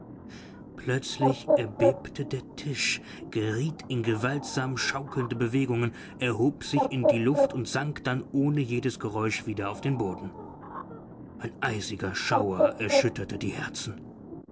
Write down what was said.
plötzlich erbebte der tisch geriet in gewaltsam schaukelnde bewegungen erhob sich in die luft und sank dann ohne jedes geräusch wieder auf den boden ein eisiger schauer erschütterte die herzen